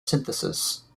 synthesis